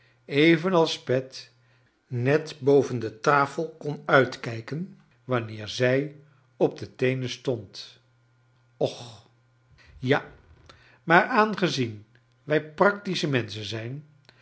evenals pet net boven de tafel kon uitkijken wanneer zij op de teenen stond och ja maar aangezien wij practische menschen zijn